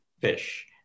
fish